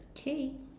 okay